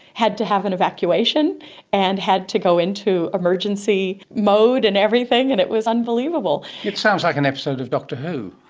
had to have an evacuation and had to go into emergency mode and everything and it was unbelievable. it sounds like an episode of doctor who.